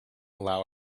allow